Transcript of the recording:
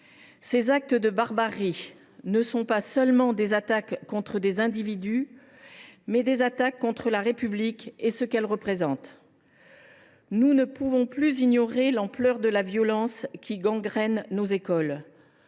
Ces actes de barbarie sont des attaques non pas seulement contre des individus, mais contre la République et ce qu’elle représente. Nous ne pouvons plus ignorer l’ampleur de la violence qui gangrène nos écoles.